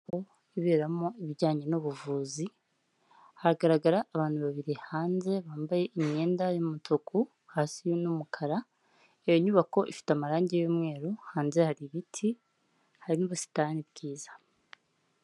Iberamo ibijyanye n'ubuvuzi, hagaragara abantu babiri hanze bambaye imyenda y'umutuku hasi n'umukara, iyo nyubako ifite amarangi y'umweru hanze hari ibiti harimo ubusitani bwiza.